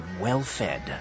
well-fed